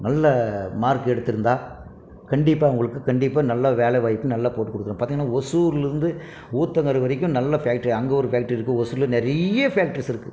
நல்ல மார்க் எடுத்திருந்தா கண்டிப்பாக உங்களுக்கு கண்டிப்பாக நல்லா வேலை வாய்ப்பு நல்லா போட்டு கொடுக்குறோம் பார்த்திங்ன்னா ஓசூர்லேருந்து ஊத்தங்கரை வரைக்கும் நல்ல ஃபேக்ட்ரி அங்கே ஒரு ஃபேக்ட்ரி இருக்கு ஓசூரில் நிறைய ஃபேக்ட்ரிஸ் இருக்கு